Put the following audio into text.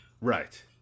Right